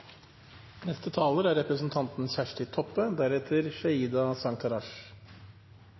Neste taler er representanten